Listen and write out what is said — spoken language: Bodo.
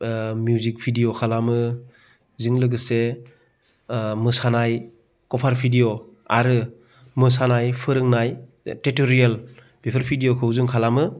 मिउजिक भिदिय' खालामो बेजों लोगोसे मोसानाय कभार भिदिय' आरो मोसानाय फोरोंनाय टिउट'रियेल बेफोर भिदिय'खौ जों खालामो